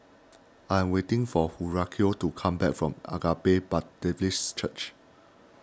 I am waiting for Horacio to come back from Agape Church